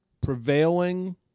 prevailing